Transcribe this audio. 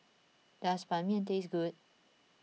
does Ban Mian taste good